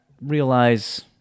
realize